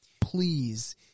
Please